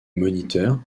moniteurs